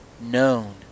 known